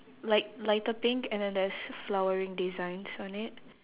like lighter pink and then there's flowering designs on it